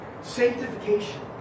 Sanctification